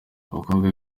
abakobwa